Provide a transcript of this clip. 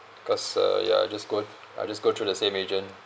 because uh ya I just got I just go through the same agent